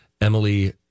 emily